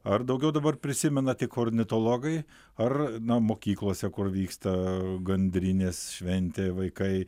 ar daugiau dabar prisimena tik ornitologai ar na mokyklose kur vyksta gandrinės šventė vaikai